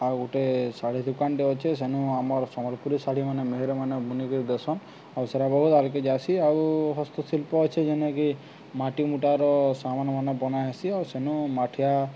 ଆଉ ଗୁଟେ ଶାଢ଼ୀ ଦୁକାନ୍ଟେ ଅଛେ ସେନୁ ଆମର୍ ସମ୍ବଲ୍ପୁରୀ ଶାଢ଼ୀମାନେ ମେହେର୍ମାନେ ବୁନିକିରି ଦେସନ୍ ଆଉ ସେଟା ବହୁତ୍ ଆଗ୍କେ ଯାଏସି ଆଉ ହସ୍ତଶିଳ୍ପ ଅଛେ ଯେନ୍କେ ମାଟିମୁଟାର୍ ସାମାନ୍ମାନେ ବନା ହେସି ଆଉ ସେନୁ ମାଠିଆ